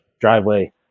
driveway